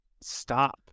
stop